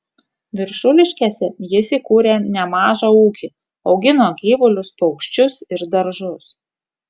viršuliškėse jis įkūrė nemažą ūkį augino gyvulius paukščius ir daržus